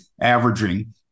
averaging